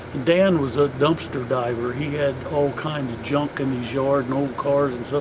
dan was a dumpster diver. he had all kinds of junk in his yard and old cars and stuff.